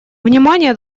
внимание